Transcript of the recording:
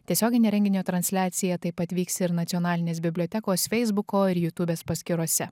tiesioginė renginio transliacija taip pat vyks ir nacionalinės bibliotekos feisbuko ir jutūbės paskyrose